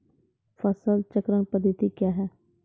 फसल चक्रण पद्धति क्या हैं?